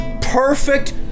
perfect